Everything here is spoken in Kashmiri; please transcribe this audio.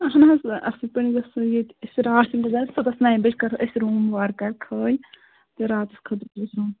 اَہَن حظ اَصٕل پٲٹھۍ گَژھَن ییٚتہِ أسۍ راتھ گُذارٕنۍ صُبحس نَیہِ بَجہِ کَرو أسۍ روٗم وارٕکار خٲلۍ تہٕ راتَس خٲطرٕ چھِ اَسہِ روٗم